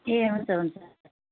ए हुन्छ हुन्छ